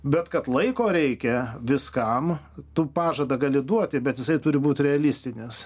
bet kad laiko reikia viskam tu pažadą gali duoti bet jisai turi būti realistinis